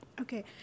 Okay